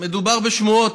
מדובר בשמועות,